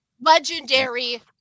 legendary